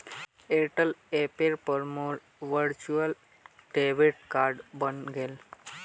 Airtel ऐपेर पर मोर वर्चुअल डेबिट कार्ड बने गेले